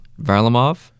Varlamov